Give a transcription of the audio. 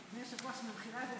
רק שנייה.